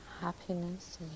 happiness